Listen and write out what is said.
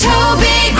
Toby